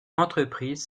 entreprise